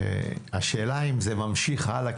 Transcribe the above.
השאלה היא אם זה ממשיך הלאה,